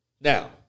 Now